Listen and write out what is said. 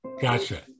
Gotcha